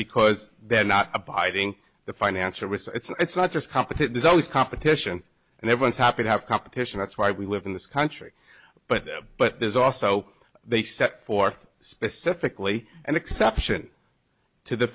because they're not abiding the financial risk it's not just competition is always competition and everyone's happy to have competition that's why we live in this country but but there's also they set forth specifically an exception to the